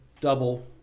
double